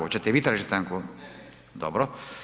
Hoćete i vi tražiti stanku? ... [[Upadica se ne čuje.]] Dobro.